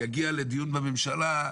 כשיגיע לדיון בממשלה,